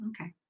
okay